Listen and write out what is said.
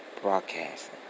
Broadcasting